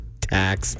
Tax